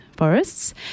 Forests